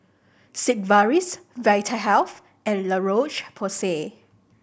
Sigvaris Vitahealth and La Roche Porsay